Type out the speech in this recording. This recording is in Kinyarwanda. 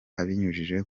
abinyujije